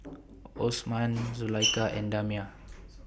Osman Zulaikha and Damia